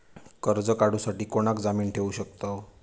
कर्ज काढूसाठी कोणाक जामीन ठेवू शकतव?